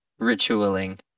ritualing